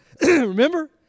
Remember